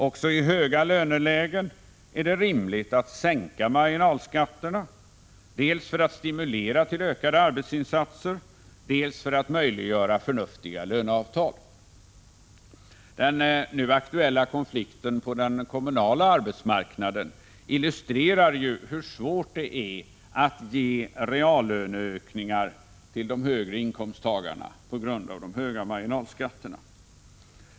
Också i höga 11 lönelägen är det rimligt att sänka marginalskatterna, dels för att stimulera till ökade arbetsinsatser, dels för att möjliggöra förnuftiga löneavtal. Den nu aktuella konflikten på den kommunala arbetsmarknaden illustrerar hur svårt det är att ge reallöneökningar till de högre inkomsttagarna på grund av de höga marginalskatterna.